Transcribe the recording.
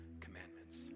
commandments